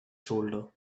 shoulder